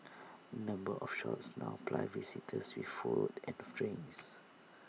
A number of shops now ply visitors with food and drinks